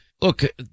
look